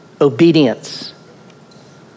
obedience